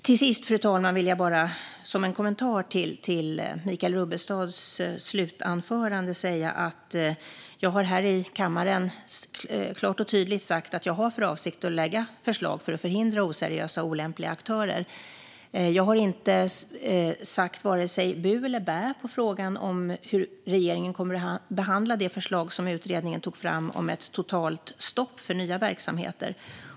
Till sist, fru talman, vill jag bara som en kommentar till Michael Rubbestads slutanförande säga: Jag har här i kammaren klart och tydligt sagt att jag har för avsikt att lägga fram förslag för att förhindra oseriösa och olämpliga aktörer. Jag har inte sagt vare sig bu eller bä på frågan om hur regeringen kommer att behandla det förslag som utredningen tog fram om ett totalt stopp för nya verksamheter.